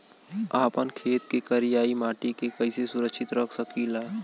आपन खेत के करियाई माटी के कइसे सुरक्षित रख सकी ला?